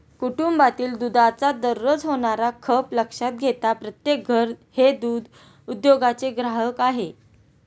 कुटुंबातील दुधाचा दररोज होणारा खप लक्षात घेता प्रत्येक घर हे दूध उद्योगाचे ग्राहक आहे